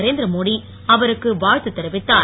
நரேந்திரமோடி அவருக்கு வாழ்த்து தெரிவித்தார்